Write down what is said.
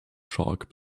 shark